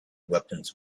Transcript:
weapons